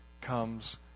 comes